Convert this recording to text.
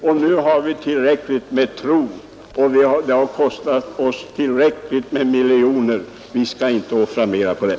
Det har redan varit tillräckligt med tro, och det har kostat oss åtskilliga miljoner. Vi skall inte offra mera på det.